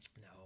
No